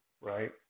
right